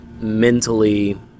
mentally